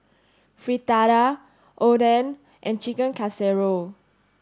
Fritada Oden and Chicken Casserole